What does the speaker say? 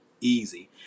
easy